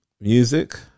Music